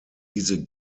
diese